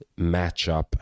matchup